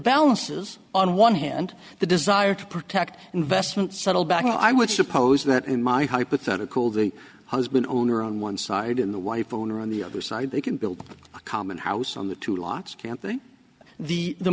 balances on one hand the desire to protect investment settle back i would suppose that in my hypothetical the husband owner on one side in the wife own or on the other side they can build a common house on the two lots can think the the